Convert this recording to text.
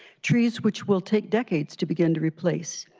trees which will take decades to begin to replace.